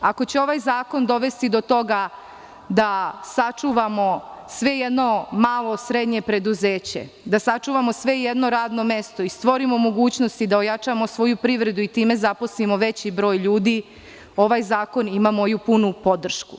Ako će ovaj zakon dovesti do toga da sačuvamo malo, srednje preduzeće, da sačuvamo radna mesta i stvorimo mogućnosti da jačamo svoju privredu i time zaposlimo veći broj ljudi, ovaj zakon ima moju punu podršku.